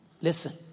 Listen